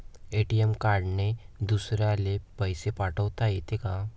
ATM कार्डने दुसऱ्याले पैसे पाठोता येते का?